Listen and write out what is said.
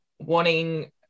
wanting